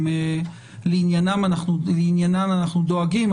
גם לעניינם אנחנו דואגים,